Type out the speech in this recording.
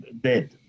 dead